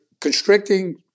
constricting